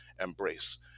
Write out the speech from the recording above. embrace